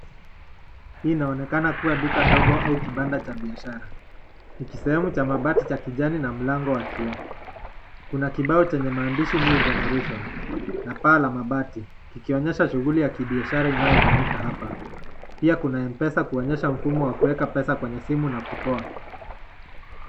Hii inaonekana kuwa duka ndogo au kibanda cha biashara. Ni kisehemu cha mabati cha kijani na mlango wa kioo. Kuna kibao chenye maandishi new generation na paa la mabati, ikionyesha shughuli ya kibiashara inayofanyika hapa. Pia kuna m-pesa, kuonyesha mfumo wa kueka pesa kwenye simu na kutoa.